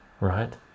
right